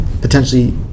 potentially